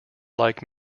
like